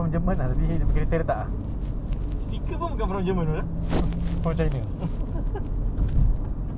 akan lama bro pasal aku tahu aku tak boleh join kau fishing aku really know that if I join you fishing